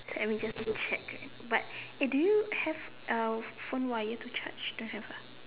and we just didn't check but eh do you have uh phone wire to charge don't have ah